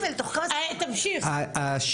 תוך עשרים וארבע שעות?